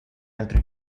altri